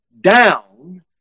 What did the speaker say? down